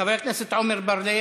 חברי הכנסת עמר בר-לב,